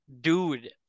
Dude